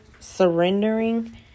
surrendering